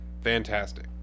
fantastic